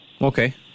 Okay